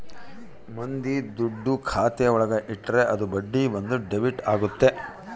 ಮಂದಿ ದುಡ್ಡು ಖಾತೆ ಒಳಗ ಇಟ್ರೆ ಅದು ಬಡ್ಡಿ ಬಂದು ಡೆಬಿಟ್ ಆಗುತ್ತೆ